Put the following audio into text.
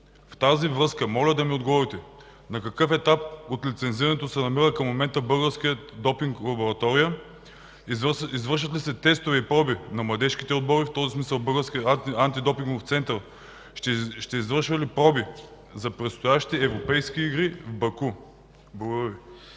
В тази връзка моля да ми отговорите: на какъв етап от лицензирането се намира в момента Българската допинг лаборатория? Извършват ли се тестове и проби на младежките отбори? В този смисъл Българският антидопингов център ще извършва ли проби за предстоящите европейски игри в Баку? Благодаря.